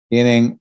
Tienen